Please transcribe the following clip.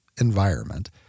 environment